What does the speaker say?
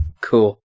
Cool